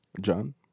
John